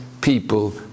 people